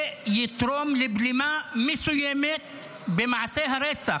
זה יתרום לבלימה מסוימת במעשי הרצח.